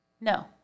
no